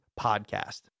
podcast